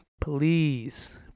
please